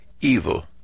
evil